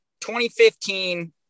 2015